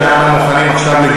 בושה וחרפה.